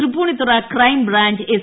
Tripunithura crime branch S